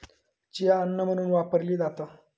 chia अन्न म्हणून वापरली जाता